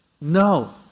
No